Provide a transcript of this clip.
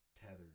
tethered